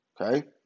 Okay